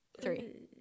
Three